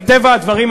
מטבע הדברים,